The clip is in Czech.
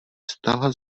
stala